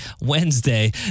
Wednesday